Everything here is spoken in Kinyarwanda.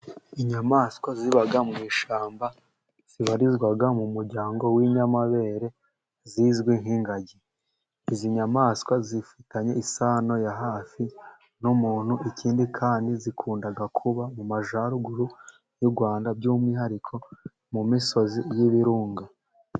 Inyamaswa ziba mu ishyamba zibarizwa mu muryango w'inyamabere zizwi nk'ingagi. Izi nyamaswa zifitanye isano ya hafi n'umuntu, ikindi kandi zikunda kuba mu Majaruguru y'u Rwanda, by'umwihariko mu misozi y'ibirunga.